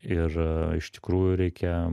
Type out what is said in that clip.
ir iš tikrųjų reikia